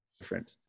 different